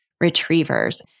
Retrievers